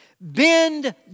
Bend